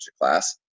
class